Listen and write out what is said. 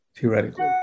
theoretically